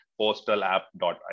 postalapp.io